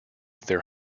their